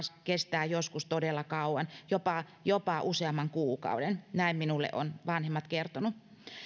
kestää joskus todella kauan jopa jopa useamman kuukauden näin minulle ovat vanhemmat kertoneet